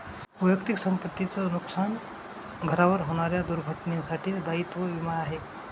वैयक्तिक संपत्ती च नुकसान, घरावर होणाऱ्या दुर्घटनेंसाठी दायित्व विमा आहे